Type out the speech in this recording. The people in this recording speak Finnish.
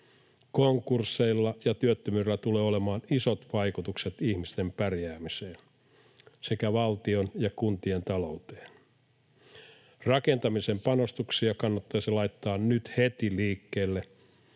Konkursseilla ja työttömyydellä tulee olemaan isot vaikutukset ihmisten pärjäämiseen sekä valtion ja kuntien talouteen. Rakentamisen panostuksia kannattaisi laittaa nyt heti liikkeelle